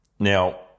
Now